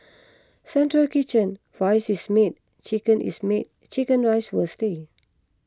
central kitchen rice is made chicken is made Chicken Rice will stay